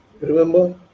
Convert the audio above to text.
remember